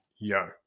yo